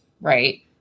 right